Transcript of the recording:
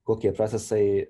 kokie procesai